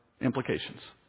implications